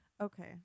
Okay